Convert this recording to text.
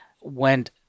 went